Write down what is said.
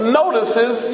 notices